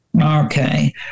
Okay